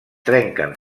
trenquen